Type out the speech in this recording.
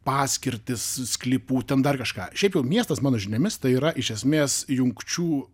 paskirtis sklypų ten dar kažką šiaip jau miestas mano žiniomis tai yra iš esmės jungčių